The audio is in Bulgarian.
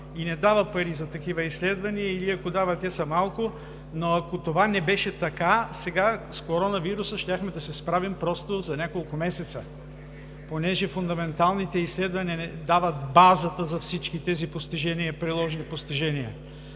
и не дава пари за такива изследвания или, ако дава, те са малко. Но ако това не беше така, сега с коронавируса щяхме да се справим просто за няколко месеца, понеже фундаменталните изследвания ни дават базата за всички тези приложни постижения.